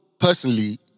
Personally